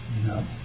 No